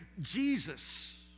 Jesus